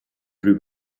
plus